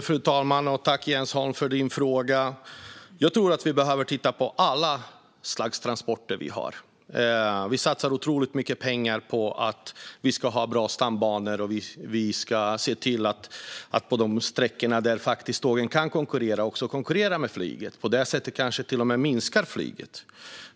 Fru talman! Tack, Jens Holm, för din fråga! Jag tror att vi behöver titta på alla slags transporter vi har. Vi satsar otroligt mycket pengar på att vi ska ha bra stambanor. Vi ska se till att på de sträckor där tågen kan konkurrera ska de också konkurrera med flyget. På det sättet kanske flyget till och med minskar.